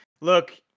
look